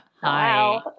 Hi